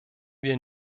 wir